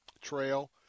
Trail